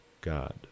God